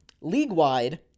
League-wide